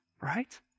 right